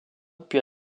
puis